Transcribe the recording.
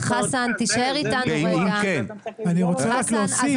תישאר איתנו שנייה.